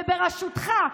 ובראשותך,